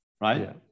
right